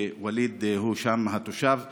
שווליד הוא תושב שם,